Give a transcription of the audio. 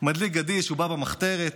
מדליק גדיש ובא במחתרת,